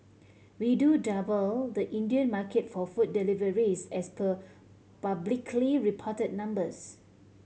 we do double the Indian market for food deliveries as per publicly reported numbers